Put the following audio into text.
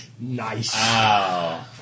Nice